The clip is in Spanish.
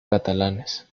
catalanes